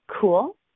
cool